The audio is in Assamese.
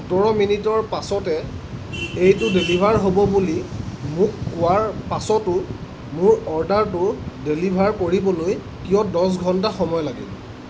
সোতৰ মিনিটৰ পাছতে এইটো ডেলিভাৰ হ'ব বুলি মোক কোৱাৰ পাছতো মোৰ অৰ্ডাৰটো ডেলিভাৰ কৰিবলৈ কিয় দহ ঘণ্টা সময় লাগিল